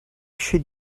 should